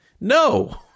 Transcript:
no